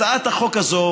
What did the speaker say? הצעת החוק הזאת,